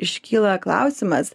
iškyla klausimas